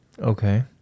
Okay